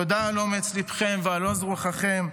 תודה על אומץ ליבכם ועל עוז רוחכם.